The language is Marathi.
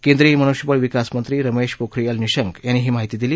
केंद्रीय मनुष्यबळ विकास मंत्री रमेश पोखरियाल निशंक यांनी ही माहिती दिली